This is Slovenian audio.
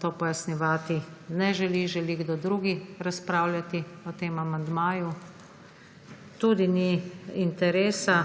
to pojasnjevati? (Ne.) Ne želi. Želi kdo drug razpravljati o tem amandmaju? (Ne.) Tudi ni interesa,